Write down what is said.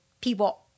people